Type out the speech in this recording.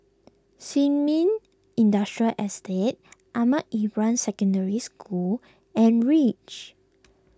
Sin Ming Industrial Estate Ahmad Ibrahim Secondary School and Reach